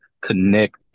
connect